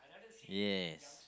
yes